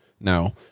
now